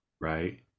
right